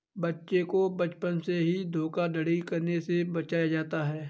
बच्चों को बचपन से ही धोखाधड़ी करने से बचाया जाता है